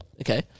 Okay